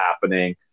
happening